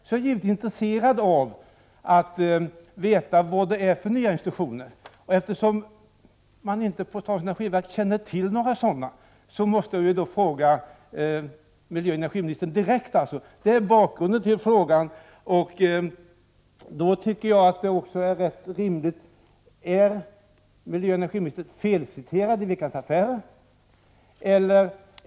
Jag är givetvis intresserad av att få veta vilka de nya instruktionerna är. Eftersom man inte på statens energiverk känner till några sådana instruktioner, måste jag fråga miljöoch energiministern direkt. Detta är alltså bakgrunden till frågan. Det är rätt rimligt att få veta om miljöoch energiministern är felciterad i Veckans Affärer.